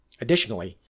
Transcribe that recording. Additionally